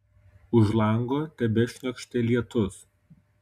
už lango tebešniokštė lietus